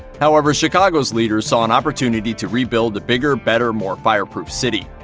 however, chicago's leaders saw an opportunity to rebuild a bigger, better, more fireproof city.